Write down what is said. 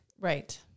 Right